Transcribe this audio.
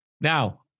Now